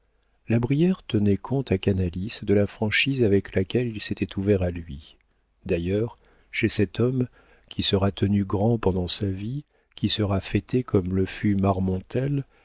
la brière tenait compte à canalis de la franchise avec laquelle il s'était ouvert à lui d'ailleurs chez cet homme qui sera tenu grand pendant sa vie qui sera fêté comme le